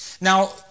Now